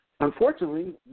Unfortunately